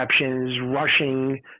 rushing